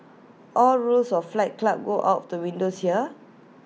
all rules of fight club go out of the windows here